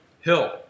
Hill